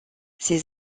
ses